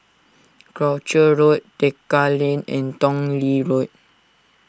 Croucher Road Tekka Lane and Tong Lee Road